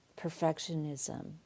perfectionism